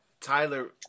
Tyler